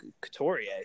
Couturier